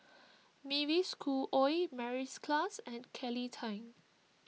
Mavis Khoo Oei Mary's Klass and Kelly Tang